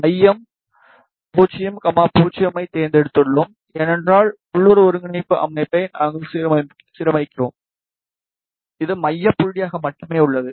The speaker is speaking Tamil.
மையம் 0 0 ஐ தேர்ந்தெடுத்துள்ளோம் ஏனென்றால் உள்ளூர் ஒருங்கிணைப்பு அமைப்பை நாங்கள் சீரமைக்கிறோம் இது மைய புள்ளியாக மட்டுமே உள்ளது